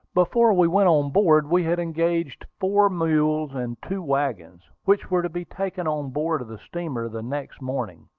before we went on board we had engaged four mules and two wagons, which were to be taken on board of the steamer the next morning.